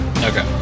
Okay